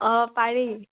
অঁ পাৰি